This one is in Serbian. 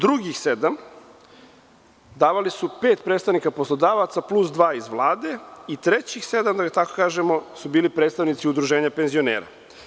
Drugih sedam davali su pet predstavnika poslodavaca plus dva iz Vlade i trećih sedam su bili predstavnici udruženja penzionera.